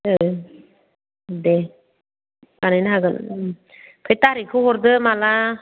ओह दे बानायनो हागोन उम बे थारिकखौ हरदो माला